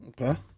Okay